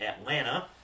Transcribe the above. Atlanta